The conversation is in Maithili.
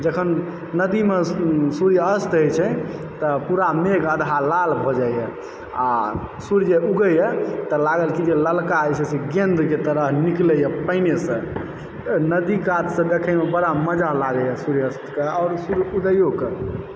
जखन नदीमे सूर्य अस्त होइत छै तऽ पूरा मेघ आधा लाल भऽ जाइए आ सूर्य जे उगयए तऽ लागल ललका जे छै से गेंदके तरह निकलयए पानिएसँ तऽ नदी कातसँ देखयमे बरा मजा लागैए सूर्य अस्तके आओर सूर्य उदयोके